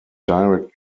direct